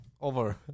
over